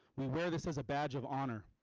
we wear this as a badge of honor.